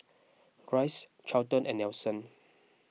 Rice Charlton and Nelson